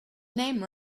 name